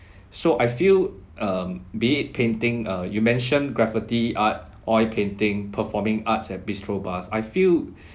so I feel um be it painting uh you mentioned graffiti art oil painting performing arts at bistro bars I feel